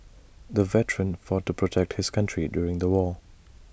the veteran fought to protect his country during the war